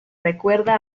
recuerda